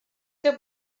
què